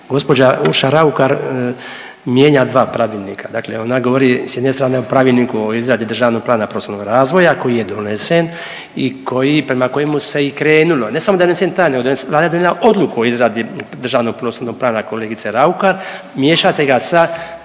Gospođa Urša Raukar mijenja dva pravilnika, dakle ona govori s jedne strane o pravilniku o izradi državnog plana prostornog razvoja koji je donesen i koji, prema kojemu se i krenulo, ne samo donesen .../Govornik se ne razumije./... odluku o izradi državnog prostornog plana, kolegice Raukar, miješate ga sa,